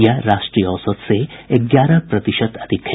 यह राष्ट्रीय औसत से ग्यारह प्रतिशत अधिक है